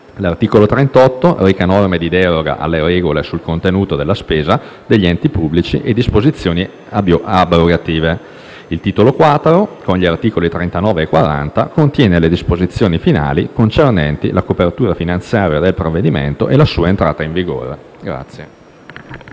L'articolo 38 reca norme di deroga alle regole sul contenimento della spesa degli enti pubblici e disposizioni abrogative. Il titolo IV, con gli articoli 39 e 40, contiene le disposizioni finali concernenti la copertura finanziaria del provvedimento e la sua entrata in vigore.